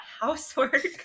housework